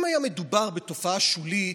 אם היה מדובר בתופעה שולית,